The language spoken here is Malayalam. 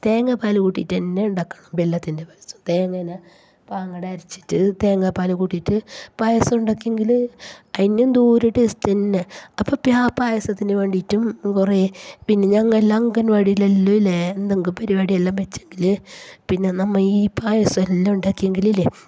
തേങ്ങാപ്പാൽ കൂട്ടിയിട്ട് തന്നെ ഉണ്ടാക്കണം വെല്ലത്തിന്റെ പായസം തേങ്ങയെല്ലാം പാങ്ങോടെ അരിച്ചിട്ടു തേങ്ങാപ്പാൽ കൂട്ടിയിട്ട് പായസം ഉണ്ടാക്കിയെങ്കിൽ അതിനു എന്തൊരു ടേസ്റ്റ് തന്നെ അപ്പോൾ ആ പായസത്തിനു വേണ്ടിയിട്ടും കുറേ പിന്നെ ഞങ്ങൾ എല്ലാം അംഗനവാടിയിലെല്ലാം ഇല്ലേ എന്തെങ്കിലും പരിപാടി എല്ലാം വച്ചെങ്കിൽ പിന്നെ നമ്മൾ ഈ പായസം എല്ലാം ഉണ്ടാക്കിയെങ്കിലില്ലേ